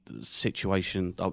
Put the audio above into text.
situation